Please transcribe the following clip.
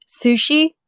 sushi